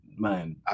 Man